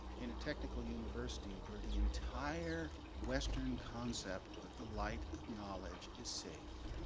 in a technical university, where the entire western concept of the light of knowledge is safe,